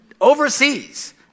overseas